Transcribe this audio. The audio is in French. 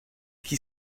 qui